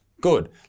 Good